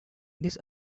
this